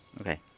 Okay